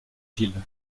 ville